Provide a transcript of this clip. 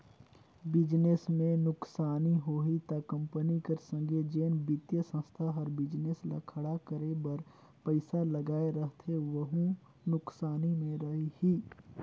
business में नुकसानी होही ता कंपनी कर संघे जेन बित्तीय संस्था हर बिजनेस ल खड़ा करे बर पइसा लगाए रहथे वहूं नुकसानी में रइही